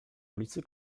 ulicy